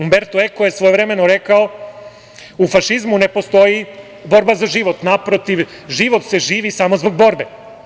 Umberto Eko je svojevremeno rekao u fašizmu ne postoji borba za život, naprotiv, život se živi samo zbog borbe.